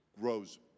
grows